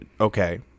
Okay